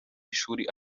ishuri